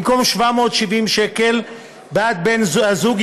במקום 770 שקל בעד בן הזוג,